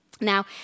Now